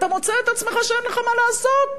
אתה מוצא את עצמך שאין לך מה לעשות.